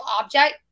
object